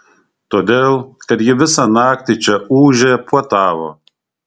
todėl kad ji visą naktį čia ūžė puotavo